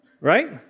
right